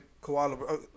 koala